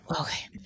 okay